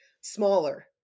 smaller